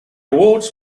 awards